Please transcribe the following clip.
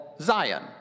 Zion